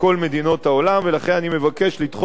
ולכן אני מבקש לדחות את הצעות האי-אמון.